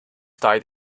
died